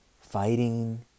fighting